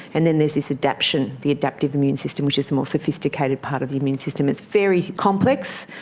and then there's this adaption, the adaptive immune system which is the more sophisticated part of the immune system. it's very complex,